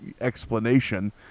explanation